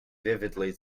vividly